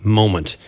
moment